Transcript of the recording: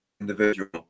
individual